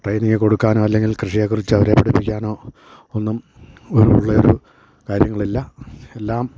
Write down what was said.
training കൊടുക്കാനോ അല്ലെങ്കിൽ കൃഷിയെക്കുറിച്ചവരെ പഠിപ്പിക്കാനോ ഒന്നും ഉള്ള ഒരു കാര്യങ്ങളില്ല എല്ലാം